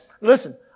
Listen